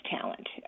talent